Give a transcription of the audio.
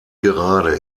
gerade